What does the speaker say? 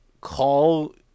call